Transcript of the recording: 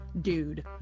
dude